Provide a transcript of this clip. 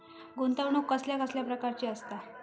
गुंतवणूक कसल्या कसल्या प्रकाराची असता?